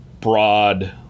broad